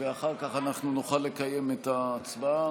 ואחר כך אנחנו נוכל לקיים את ההצבעה.